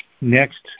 Next